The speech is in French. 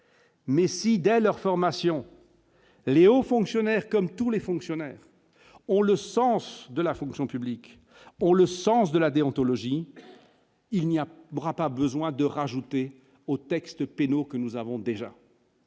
Mais si dès leur formation. Léo fonctionnaires comme tous les fonctionnaires ont le sens de la fonction publique ont le sens de la déontologie, il n'y a pas bras, pas besoin de rajouter aux textes pénaux que nous avons déjà.